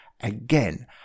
again